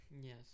Yes